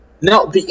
No